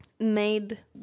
made